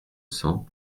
cent